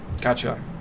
Gotcha